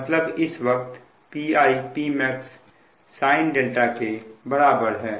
मतलब इस वक्त Pi Pmax sin के बराबर है